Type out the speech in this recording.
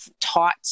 taught